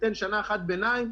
שניתן שנה אחת כשנת ביניים.